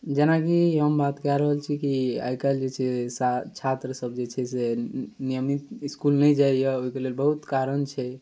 जेनाकि हम बात कऽ रहल छी कि आइकाल्हि जे छै सा छात्रसभ जे छै से नियमित इसकुल नहि जाइए ओहिकेलेल बहुत कारण छै